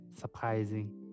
Surprising